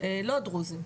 לא דרוזים.